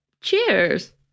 Cheers